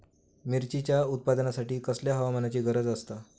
मिरचीच्या उत्पादनासाठी कसल्या हवामानाची गरज आसता?